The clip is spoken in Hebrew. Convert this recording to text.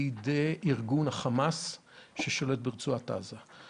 לידי ארגון החמאס ששולט ברצועת עזה.